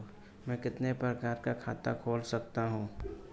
मैं कितने प्रकार का खाता खोल सकता हूँ?